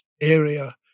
area